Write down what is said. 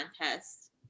contest